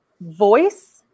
voice